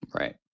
Right